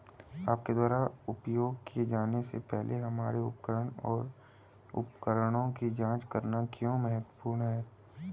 आपके द्वारा उपयोग किए जाने से पहले हमारे उपकरण और उपकरणों की जांच करना क्यों महत्वपूर्ण है?